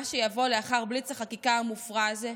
שיבוא לאחר בליץ החקיקה המופרע הזה,